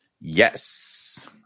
Yes